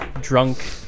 drunk